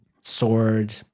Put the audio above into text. sword